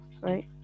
right